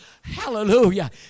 Hallelujah